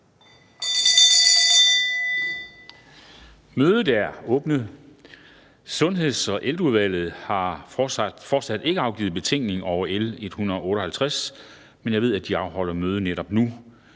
Mødet er genoptaget. Sundheds- og Ældreudvalget har fortsat ikke afgivet betænkning over L 158, men jeg ved, at de afholder møde netop nu.